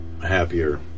happier